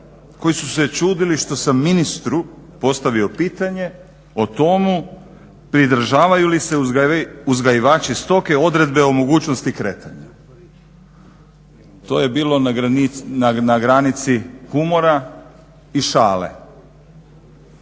koji su se čudili što sam ministru postavio pitanje o tomu pridržavaju li se uzgajivači stoke odredbe o mogućnosti kretanja? To je bilo na granici humora i šale.